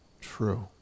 true